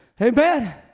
Amen